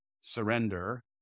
surrender